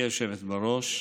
גברתי היושבת בראש,